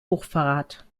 hochverrat